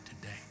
today